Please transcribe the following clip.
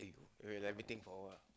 wait let me think for a while